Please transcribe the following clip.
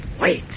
Wait